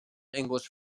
english